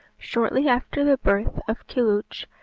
shortly after the birth of kilhuch,